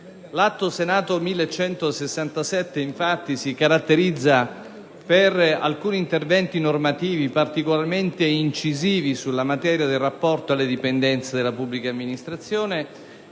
L'Atto Senato n. 1167, infatti, si caratterizza per alcuni interventi normativi particolarmente incisivi in materia di rapporto di lavoro alle dipendenze della pubblica amministrazione